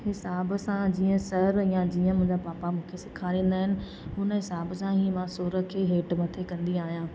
हिसाब सां जीअं सर या जीअं मुंहिंजा पापा मूंखे सेखारिंदा आहिनि हुन हिसाब सां ई मां सुर खे हेठि मथे कंदी आहियां